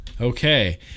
Okay